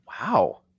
Wow